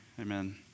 Amen